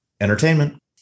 entertainment